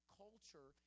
culture